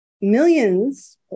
millions